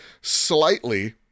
slightly